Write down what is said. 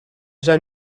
zijn